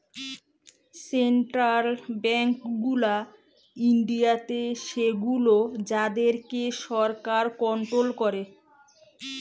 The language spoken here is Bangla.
সেন্ট্রাল বেঙ্ক গুলা ইন্ডিয়াতে সেগুলো যাদের কে সরকার কন্ট্রোল করে